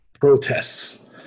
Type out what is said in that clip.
protests